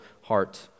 heart